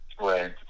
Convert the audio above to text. Right